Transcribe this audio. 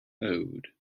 owed